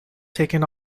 taken